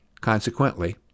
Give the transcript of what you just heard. Consequently